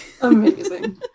Amazing